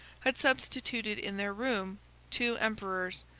had substituted in their room two emperors,